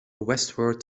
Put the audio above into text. westward